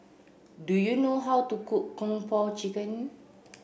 do you know how to cook Kung Po Chicken